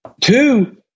Two